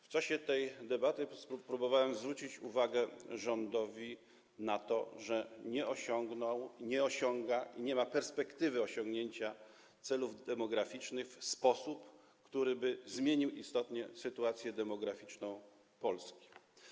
W czasie tej debaty próbowałem zwrócić rządowi uwagę na to, że nie osiągnął, nie osiąga i nie ma perspektywy osiągnięcia celów demograficznych w sposób, który by zmienił istotnie sytuację demograficzną Polski.